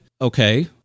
Okay